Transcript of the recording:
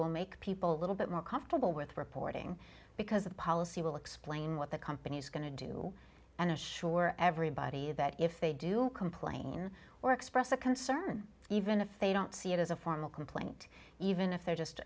will make people little bit more comfortable with reporting because the policy will explain what the company's going to do and assure everybody that if they do complain or express a concern even if they don't see it as a formal complaint even if they're just